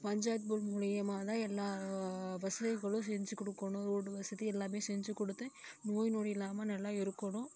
panchayat board மூலமா தான் எல்லா வசதிகளும் செஞ்சு கொடுக்கணும் ரோடு வசதி எல்லாமே செஞ்சு கொடுத்து நோய் நொடி இல்லாமல் நல்லா இருக்கணும்